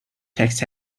text